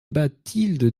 bathilde